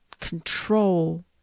control